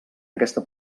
aquesta